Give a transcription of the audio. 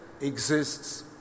exists